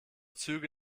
züge